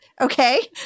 Okay